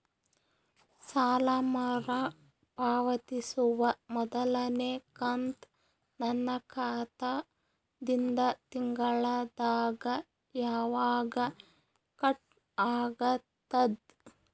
ಸಾಲಾ ಮರು ಪಾವತಿಸುವ ಮೊದಲನೇ ಕಂತ ನನ್ನ ಖಾತಾ ದಿಂದ ತಿಂಗಳದಾಗ ಯವಾಗ ಕಟ್ ಆಗತದ?